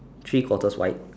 three quarters white